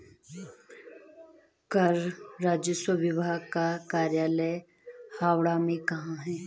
कर राजस्व विभाग का कार्यालय हावड़ा में कहाँ है?